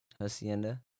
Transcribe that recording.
Hacienda